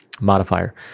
modifier